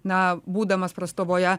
na būdamas prastovoje